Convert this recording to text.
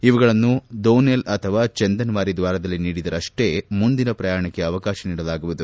ಇವುಗಳನ್ನು ದೋನೆಲ್ ಅಥವಾ ಚಂದನ್ವಾರಿ ದ್ದಾರದಲ್ಲಿ ನೀಡಿದರಷ್ನೇ ಮುಂದಿನ ಪ್ರಯಾಣಕ್ಕೆ ಅವಕಾಶ ನೀಡಲಾಗುವುದು